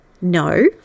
no